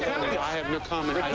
i have no comment!